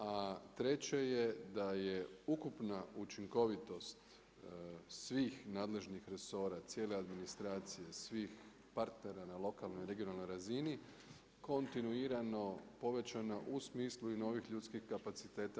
A treće je da je ukupna učinkovitost svih nadležnih resora, cijele administracije, svih partnera na lokalnoj i regionalnoj razini kontinuirano povećana u smislu i novih ljudskih kapaciteta.